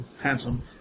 handsome